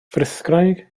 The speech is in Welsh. frithgraig